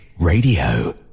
Radio